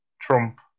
Trump